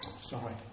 sorry